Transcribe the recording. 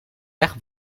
weg